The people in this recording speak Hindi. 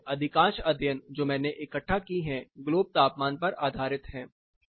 इनमें से अधिकांश अध्ययन जो मैंने इकट्ठा की है ग्लोब तापमान पर आधारित है